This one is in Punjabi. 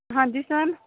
ਹਾਂਜੀ ਸਰ